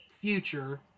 future